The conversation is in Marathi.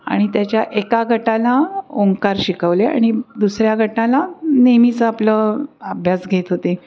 आणि त्याच्या एका गटाला ओंकार शिकवले आणि दुसऱ्या गटाला नेहमीच आपलं अभ्यास घेत होते